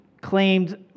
claimed